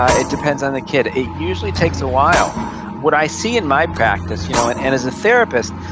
ah it depends on the kid. it usually takes a while what i see in my practice, you know and and as a therapist,